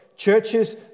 churches